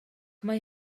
mae